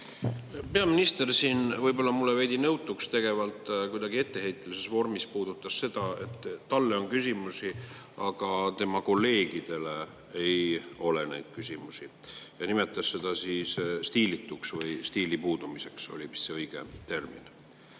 Peaminister siin võib-olla mulle veidi nõutuks tegevalt kuidagi etteheitvas vormis puudutas seda, et talle on küsimusi, aga tema kolleegidele ei ole küsimusi, ja nimetas seda stiilituks või stiili puudumiseks, oli vist see õige termin.